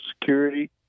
security